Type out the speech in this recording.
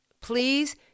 Please